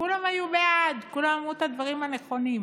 כולם היו בעד, כולם אמרו את הדברים הנכונים.